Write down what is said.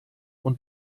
und